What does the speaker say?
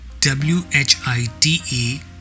W-H-I-T-E